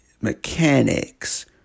mechanics